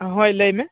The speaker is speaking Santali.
ᱦᱳᱭ ᱞᱟᱹᱭᱢᱮ